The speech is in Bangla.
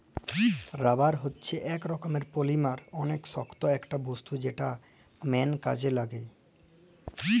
রাবার হচ্যে ইক রকমের পলিমার অলেক শক্ত ইকটা বস্তু যেটা ম্যাল কাজে লাগ্যে